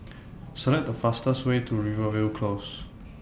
Select The fastest Way to Rivervale Close